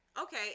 okay